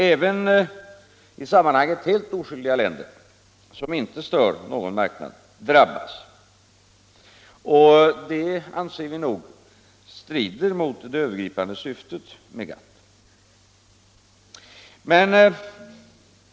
Även i sammanhanget helt oskyldiga länder — som inte stör någon marknad — drabbas, och det anser vi strider mot det övergripande syftet med GATT.